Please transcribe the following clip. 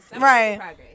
Right